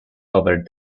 covered